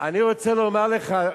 אני רוצה לומר לך,